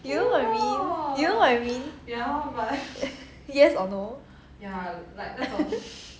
you know what I mean you know what I mean yes or no